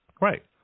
Right